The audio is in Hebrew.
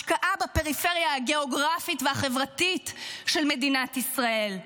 השקעה בפריפריה הגיאוגרפית והחברתית של מדינת ישראל.